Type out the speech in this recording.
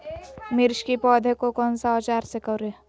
मिर्च की पौधे को कौन सा औजार से कोरे?